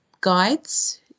guides